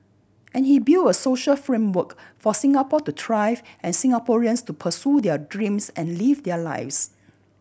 and he build a social framework for Singapore to thrive and Singaporeans to pursue their dreams and live their lives